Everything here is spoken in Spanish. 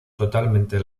totalmente